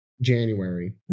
January